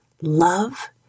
love